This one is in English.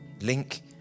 link